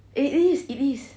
it is it is